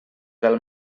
del